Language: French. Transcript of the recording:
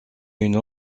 une